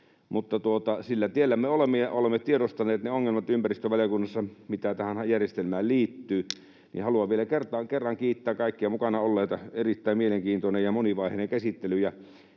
Mutta sillä tiellä me olemme ja olemme tiedostaneet ympäristövaliokunnassa ne ongelmat, mitä tähän järjestelmään liittyy. Haluan vielä kerran kiittää kaikkia mukana olleita. Erittäin mielenkiintoinen ja monivaiheinen käsittely,